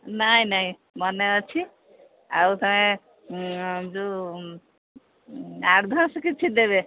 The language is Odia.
ନାଇ ନାଇଁ ମନେ ଅଛି ଆଉ ତମେ ଯୋଉ ଆଡ଼ଭାନ୍ସ କିଛି ଦେବେ